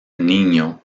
niño